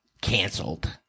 canceled